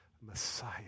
Messiah